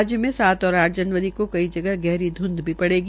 राज्य में सात और आठ जनवरी को कई जगह गहरी ध्रंध भी पड़ेगी